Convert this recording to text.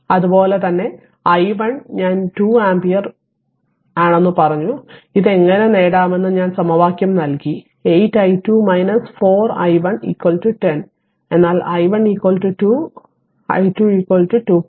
അതുപോലെ തന്നെ i1 ഞാൻ 2 ആമ്പിയർ പറഞ്ഞു അത് എങ്ങനെ നേടാമെന്ന് ഞാൻ സമവാക്യം നൽകി 8 i2 4 i1 10 എന്നാൽ i1 2 അതിനാൽ i2 2